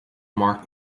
mark